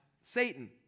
Satan